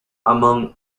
among